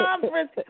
conference